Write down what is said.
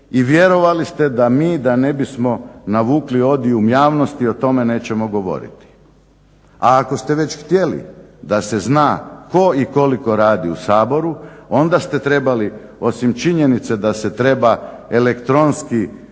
i vjerovali ste da mi da ne bismo navukli odijum javnosti o tome nećemo govoriti. A ako ste već htjeli da se zna tko i koliko radi u Saboru onda ste trebali osim činjenice da se treba elektronski